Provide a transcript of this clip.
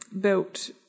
built